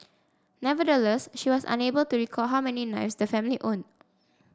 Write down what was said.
nevertheless she was unable to recall how many knives the family owned